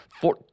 four